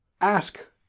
Ask